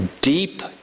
deep